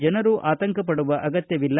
ಜನರು ಆತಂಕ ಪಡುವ ಆಗತ್ತವಿಲ್ಲ